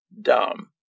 dumb